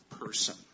person